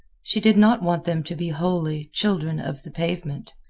she did not want them to be wholly children of the pavement,